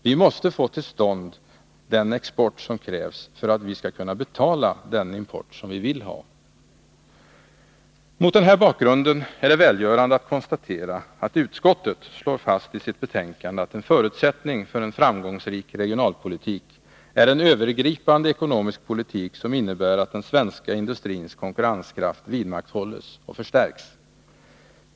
Vi måste få till stånd den export som krävs för att vi skall kunna betala den import som vi vill ha! Mot den här bakgrunden är det välgörande att konstatera att utskottet slår fast i sitt betänkande att en förutsättning för en framgångsrik regionalpolitik är en övergripande ekonomisk politik som innebär att den svenska industrins konkurrenskraft vidmakthålles och förstärks.